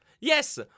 Yes